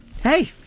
hey